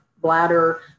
bladder